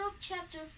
chapter